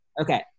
Okay